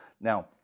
Now